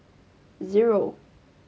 zero